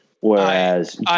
Whereas